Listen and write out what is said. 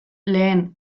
lehen